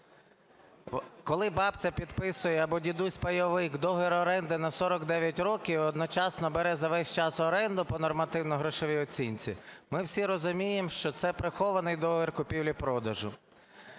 Коли бабця підписує або дідусь-пайовик договір оренди на 49 років і одночасно бере за весь час оренду по нормативно-грошовій оцінці, ми всі розуміємо, що це прихований договір купівлі-продажу.